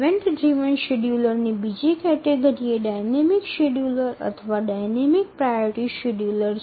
event চালিত শিডিয়ুলারের অন্যান্য বিভাগ হল ডায়নামিক শিডিয়ুলার বা গতিশীল প্রায়রিটি শিডিয়ুলার